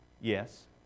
Yes